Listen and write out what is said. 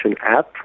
app